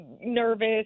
nervous